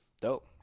Dope